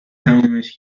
تمومش